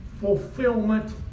fulfillment